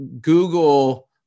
Google